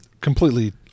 completely